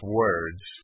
words